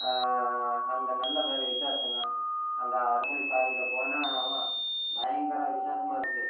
அங்கே நல்ல விசேஷங்க அங்கே அரப்புள்ளி சாமிகிட்ட போனால் பயங்கர விசேஷமாக இருக்கும்